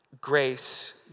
Grace